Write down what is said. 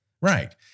Right